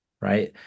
right